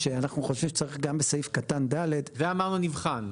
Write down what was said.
שאנחנו חושבים שגם בסעיף קטן (ד) צריך --- זה אמרנו נבחן.